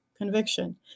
conviction